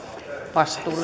vastuulle